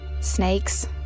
Snakes